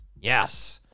Yes